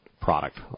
product